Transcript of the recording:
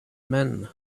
men